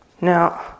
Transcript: Now